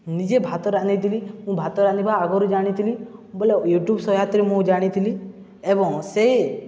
ନିଜେ ଭାତ ରାନ୍ଧିଥିଲି ମୁଁ ଭାତ ରାନ୍ଧିବା ଆଗରୁ ଜାଣିଥିଲି ବୋଲେ ୟୁଟ୍ୟୁବ୍ ସହାୟତରେ ମୁଁ ଜାଣିଥିଲି ଏବଂ ସେ